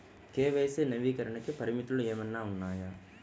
KYC నవీకరణకి పరిమితులు ఏమన్నా ఉన్నాయా?